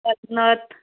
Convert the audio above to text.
परत नथ